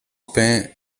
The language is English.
spent